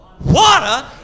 water